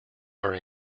are